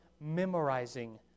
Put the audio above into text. memorizing